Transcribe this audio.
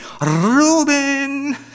Reuben